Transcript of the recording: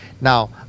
Now